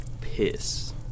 piss